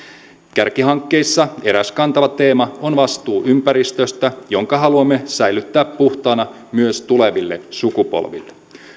kärkihankkeissa eräs kantava teema on vastuu ympäristöstä jonka haluamme säilyttää puhtaana myös tuleville sukupolville